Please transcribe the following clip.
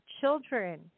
children